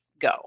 go